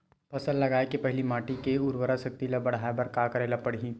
फसल लगाय के पहिली माटी के उरवरा शक्ति ल बढ़ाय बर का करेला पढ़ही?